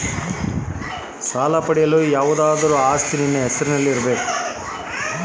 Sir ಸಾಲ ಪಡೆಯಲು ಏನು ಆಧಾರ ಕೋಡಬೇಕು?